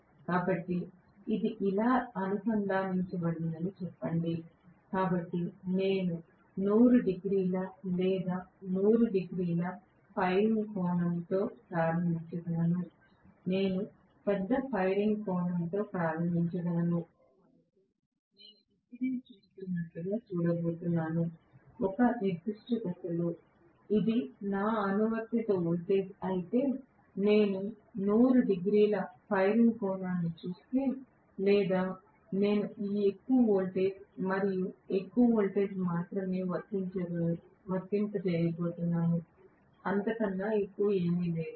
కాబట్టి ఇది ఇలా అనుసంధానించబడిందని చెప్పండి కాబట్టి నేను 100 డిగ్రీల లేదా 120 డిగ్రీల ఫైరింగ్ కోణం తో ప్రారంభించగలను నేను పెద్ద ఫైరింగ్ కోణంతో ప్రారంభించగలను కాబట్టి నేను ఇప్పుడే చూస్తున్నట్లుగా చూడబోతున్నాను ఒక నిర్దిష్ట దశలో ఇది నా అనువర్తిత వోల్టేజ్ అయితే నేను 100 డిగ్రీల ఫైరింగ్ కోణాన్ని చూస్తే లేదా నేను ఈ ఎక్కువ వోల్టేజ్ మరియు ఎక్కువ వోల్టేజ్ మాత్రమే వర్తింపజేయబోతున్నాను అంతకన్నా ఎక్కువ ఏమీ లేదు